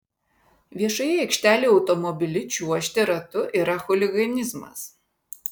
viešoje aikštelėje automobiliu čiuožti ratu yra chuliganizmas